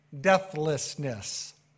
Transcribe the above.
deathlessness